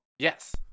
Yes